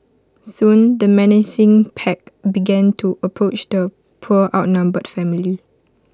soon the menacing pack began to approach the poor outnumbered family